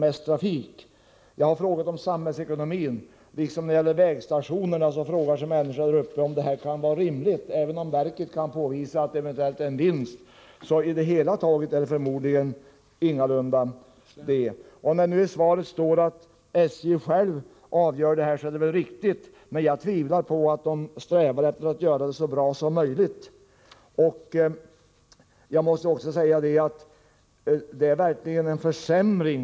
Jag har frågat hur det förhåller sig samhällsekonomiskt sett. När det gäller vägstationerna frågar sig människorna där uppe om det här kan vara rimligt — även om verket kan påvisa en eventuell vinst. Men på det hela taget är det förmodligen ingalunda fråga om någon sådan. I svaret står det att SJ självt avgör frågan, och det är väl riktigt. Men jag tvivlar på att man strävar efter att göra det så bra som möjligt. Jag måste också säga att det verkligen är fråga om en försämring.